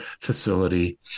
facility